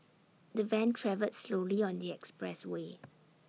the van travelled slowly on the expressway